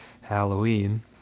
Halloween